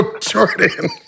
Jordan